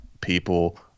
people